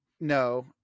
No